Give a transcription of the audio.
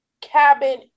cabin